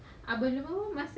uh